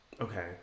Okay